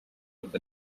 with